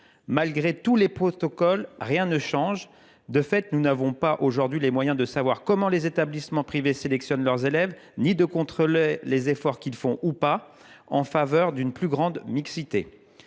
Malgré tous les protocoles, rien ne change. De fait, nous n’avons pas, aujourd’hui, les moyens de savoir comment les établissements privés sélectionnent leurs élèves ni de contrôler les efforts qu’ils font, ou pas, en faveur d’une plus grande mixité.